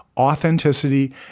authenticity